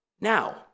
Now